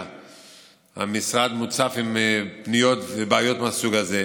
המשרד מוצף בפניות ובבעיות מהסוג הזה.